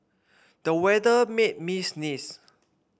the weather made me sneeze